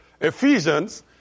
Ephesians